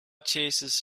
chases